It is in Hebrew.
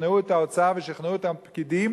ששכנעו את האוצר ושכנעו את הפקידים